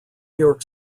york